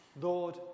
Lord